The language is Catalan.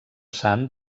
sant